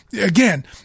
again